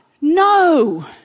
No